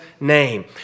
name